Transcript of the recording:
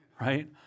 right